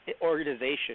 organization